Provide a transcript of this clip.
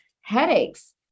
headaches